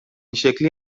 شکلی